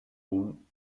punt